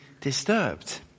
disturbed